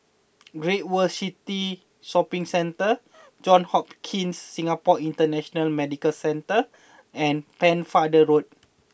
Great World City Shopping Centre Johns Hopkins Singapore International Medical Centre and Pennefather Road